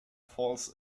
falls